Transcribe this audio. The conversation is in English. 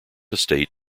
estate